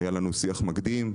היה לנו שיח מקדים,